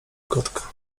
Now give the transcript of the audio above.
kotka